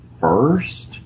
first